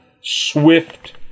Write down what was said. Swift